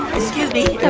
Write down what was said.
excuse me